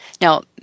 Now